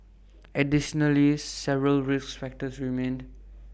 additionally several risk factors remained